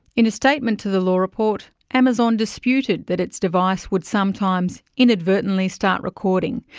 in a statement to the law report amazon disputed that its device would sometimes inadvertently start recording,